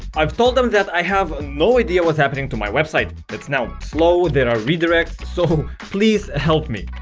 i've told them that i have no idea what's happening to my website that's now slow there are redirects so please help me!